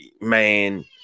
man